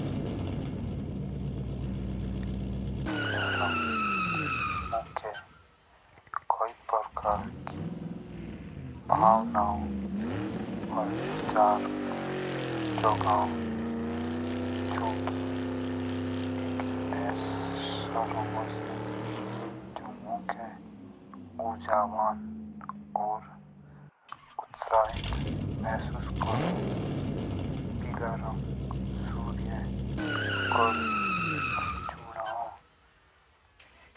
पीला रंग मुख्य कई प्रकार की भावना और विचार जगाओ जोकि एक ऐसा रंग हो जो मुक्खे ऊर्जावान और उत्साहित महसूस कराए। पीला रंग सूर्य से मिलकर जुड़ा हो।